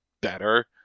better